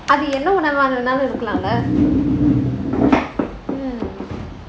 அப்போ என்ன உணவா வேணும்னாலும் இருக்கலாம்ல:appo enna unavaa venumnaalum irukalamla hmm